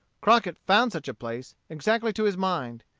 crockett found such a place, exactly to his mind.